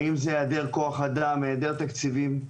האם זה היעדר כוח אדם, היעדר תקציבים.